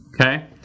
okay